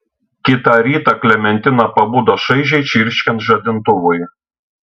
kitą rytą klementina pabudo šaižiai čirškiant žadintuvui